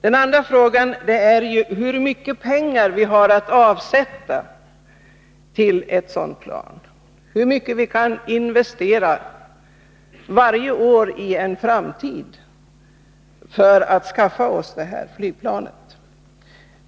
En annan fråga är hur mycket pengar vi har att avsätta till ett sådant flygplan, hur mycket vi kan investera varje år i en framtid för att skaffa oss detta flygplan.